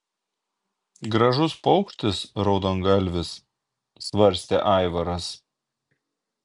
gražus paukštis raudongalvis svarstė aivaras